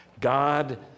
God